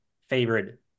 favorite